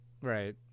Right